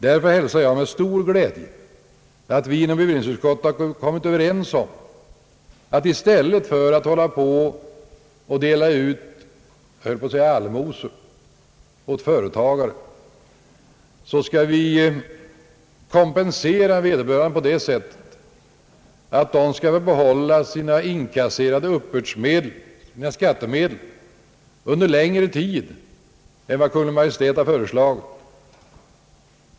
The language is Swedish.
| Därför hälsar jag med stor glädje att vi inom bevillningsutskottet kommit överens om att i stället för att dela ut belopp — jag höll på att säga allmosor — åt företagare, skall vi kompensera vederbörande på det sättet att de får behålla inkasserade skattemedel under längre tid än vad Kungl. Maj:t har föreslagit.